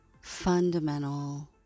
fundamental